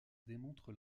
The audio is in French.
démontre